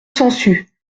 sansu